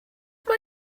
mae